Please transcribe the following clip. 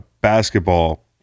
basketball